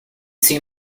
see